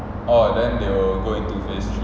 oh then they will go into phase three